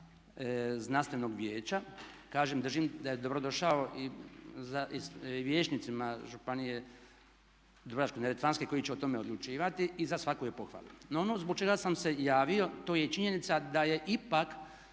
znanstvenog vijeća. Kažem držim da je dobro došao i vijećnicima županije Dubrovačko-neretvanske koji će o tome odlučivati i za svaku je pohvalu. No, ono zbog čega sam se javio to je činjenica da je ipak